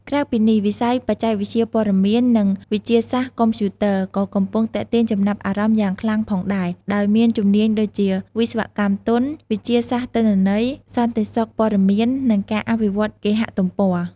ក្រៅពីនេះ វិស័យ បច្ចេកវិទ្យាព័ត៌មាន និងវិទ្យាសាស្ត្រកុំព្យូទ័រ ក៏កំពុងទាក់ទាញចំណាប់អារម្មណ៍យ៉ាងខ្លាំងផងដែរ ដោយមានជំនាញដូចជា វិស្វកម្មទន់ វិទ្យាសាស្ត្រទិន្នន័យ សន្តិសុខព័ត៌មាន និងការអភិវឌ្ឍគេហទំព័រ។